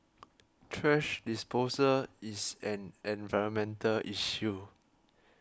thrash disposal is an environmental issue